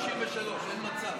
היה כתוב רק 63. אין מצב.